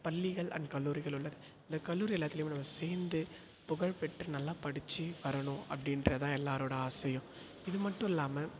பள்ளிகள் அண்ட் கல்லூரிகள் உள்ளது இந்த கல்லூரி எல்லாத்துலேயும் உள்ளவங்க சேர்ந்து புகழ்பெற்று நல்லா படித்து வரணும் அப்படின்றது தான் எல்லோரோட ஆசையும் இது மட்டும் இல்லாமல்